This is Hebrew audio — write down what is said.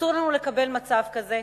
אסור לנו לקבל מצב כזה.